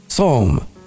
Psalm